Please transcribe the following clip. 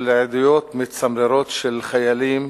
עדויות מצמררות של חיילים